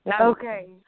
Okay